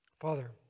Father